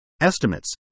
estimates